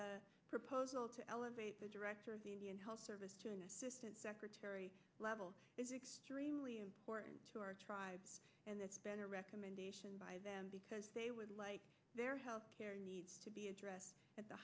the proposal to elevate the director of the indian health service john assistant secretary level is extremely important to our tribe and that's been a recommendation by them because they would like their health care needs to be addressed at the